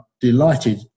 delighted